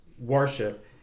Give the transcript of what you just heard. worship